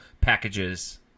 packages